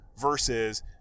versus